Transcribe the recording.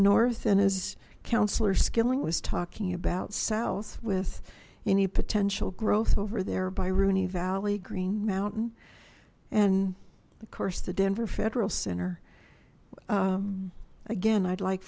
north and as councillor skilling was talking about south with any potential growth over there by rooney valley green mountain and of course the denver federal center again i'd like